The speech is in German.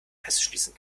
festschließen